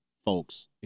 folks